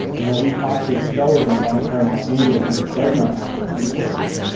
you know, we talked to a sower in downtown los angeles who does not have those resources.